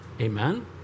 Amen